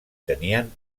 tenien